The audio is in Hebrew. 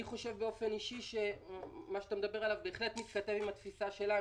באופן אישי אני חושב שמה שאתה מדבר עליו בהחלט מתכתב עם התפיסה שלנו,